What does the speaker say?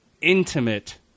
intimate